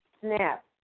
Snap